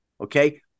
Okay